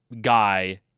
guy